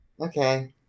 Okay